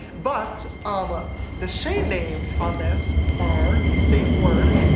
but um ah the shade names on this are safe word,